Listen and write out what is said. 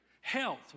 health